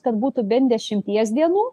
kad būtų bent dešimties dienų